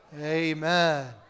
Amen